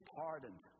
pardoned